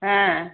হ্যাঁ